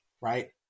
right